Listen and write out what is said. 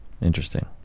Interesting